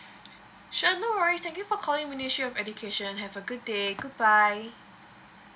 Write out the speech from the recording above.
sure no worries thank you for calling ministry of education have a good day good bye